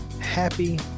happy